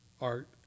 art